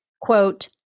Quote